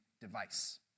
device